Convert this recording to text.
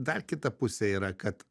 dar kita pusė yra kad